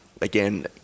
again